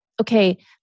okay